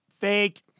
Fake